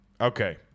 Okay